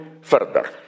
further